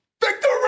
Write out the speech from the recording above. Victory